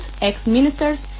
ex-ministers